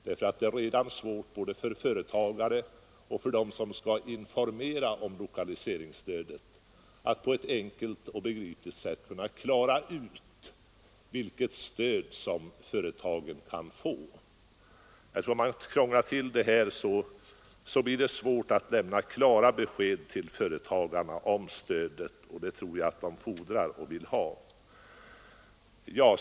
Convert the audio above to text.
Det är redan nu svårt för dem som skall informera om lokaliseringsstödet att på ett enkelt och begripligt sätt förklara vilket stöd ett företag kan få. Om man krånglar till det mer blir det ännu svårare att till företagarna lämna sådana klara besked om stödet som de vill ha.